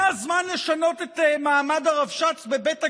זה הזמן לשנות את מעמד הרבש"ץ בבית הגדי,